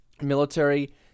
Military